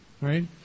right